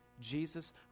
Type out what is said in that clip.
Jesus